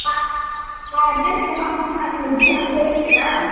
हाँ आगे से हम हाँ तो ध्यान देंगे ना